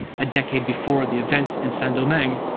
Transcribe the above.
a decade before the events in saint-domingue,